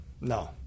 No